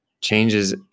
changes